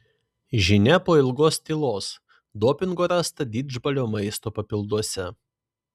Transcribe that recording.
žinia po ilgos tylos dopingo rasta didžbalio maisto papilduose